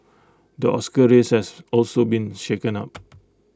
the Oscar race has also been shaken up